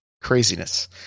Craziness